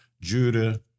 Judah